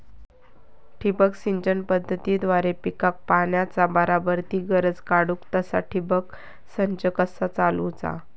ठिबक सिंचन पद्धतीद्वारे पिकाक पाण्याचा बराबर ती गरज काडूक तसा ठिबक संच कसा चालवुचा?